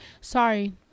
Sorry